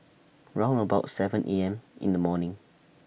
round about seven A M in The morning